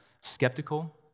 skeptical